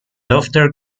often